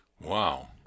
Wow